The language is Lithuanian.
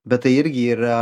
bet tai irgi yra